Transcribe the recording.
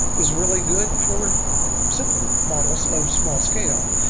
is really good for simple models of small scale,